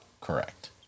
Correct